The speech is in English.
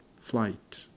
flight